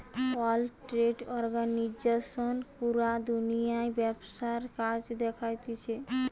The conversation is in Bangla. ওয়ার্ল্ড ট্রেড অর্গানিজশন পুরা দুনিয়ার ব্যবসার কাজ দেখতিছে